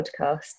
podcast